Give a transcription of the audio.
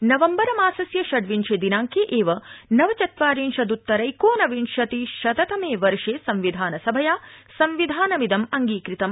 नवम्बर मासस्य षड्विंशे दिनांके वि नवचत्वारिशदत्तरैकोनविंशति शत तमें वर्षे संविधानसभया संविधानमिदम अंगीकृतम्